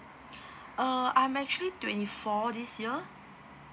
uh I'm actually twenty four this year